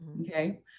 Okay